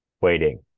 Waiting